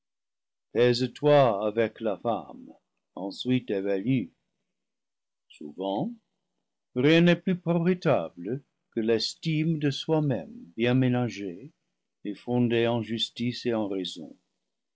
toi avec la femme ensuite évalue souvent rien n'est plus pro fitable que l'estime de soi-même bien ménagée et fondée en justice et en raison